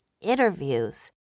interviews